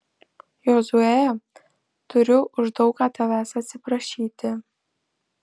jozue turiu už daug ką tavęs atsiprašyti